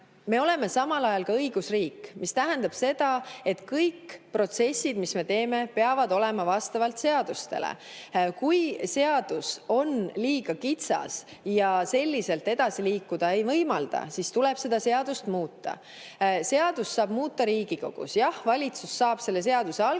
Me oleme samal ajal ka õigusriik. See tähendab seda, et kõik protsessid, mida me läbi teeme, peavad olema tehtud vastavalt seadustele. Kui seadus on liiga kitsas ja selliselt edasi liikuda ei võimalda, siis tuleb seda seadust muuta. Seadust saab muuta Riigikogu. Jah, valitsus saab selle seaduse [muutmise